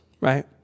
right